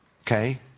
okay